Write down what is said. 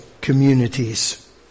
communities